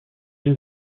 une